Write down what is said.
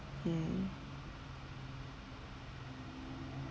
mm